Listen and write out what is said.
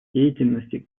деятельности